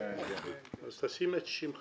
אז תשים את שמך מלא לפחות,